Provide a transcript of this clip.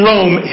Rome